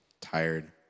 tired